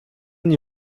nie